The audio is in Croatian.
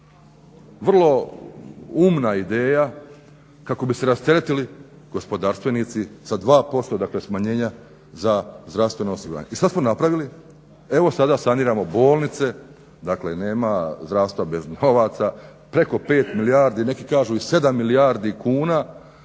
Vrlo umna ideja kako bi se rasteretili gospodarstvenici sa 2% dakle smanjenja za zdravstveno osiguranje. I šta smo napravili. Evo sada saniramo bolnice, dakle nema zdravstva bez novaca. Preko 5 milijardi neki kažu i sedam milijardi kuna